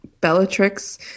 Bellatrix